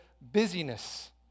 busyness